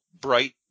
bright